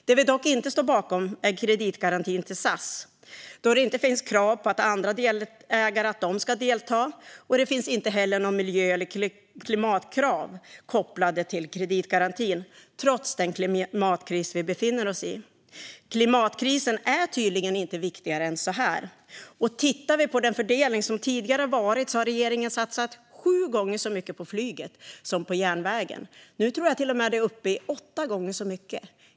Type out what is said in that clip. Det vi dock inte står bakom är kreditgarantin till SAS då det inte finns krav på att andra delägare ska bidra, och det finns inte heller några miljö eller klimatkrav kopplade till kreditgarantin trots den klimatkris vi befinner oss i. Klimatkrisen är tydligen inte viktigare än så här. Tittar vi på hur fördelningen tidigare har varit ser vi att regeringen har satsat sju gånger så mycket på flyget som på järnvägen. Nu tror jag till och med att det är uppe i åtta gånger så mycket.